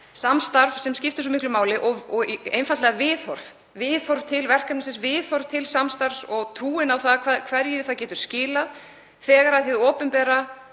samstarf sem skiptir svo miklu máli og einfaldlega viðhorf, viðhorf til samstarfs og trúin á hverju það getur skilað þegar hið opinbera